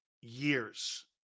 years